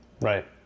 Right